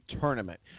tournament